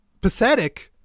pathetic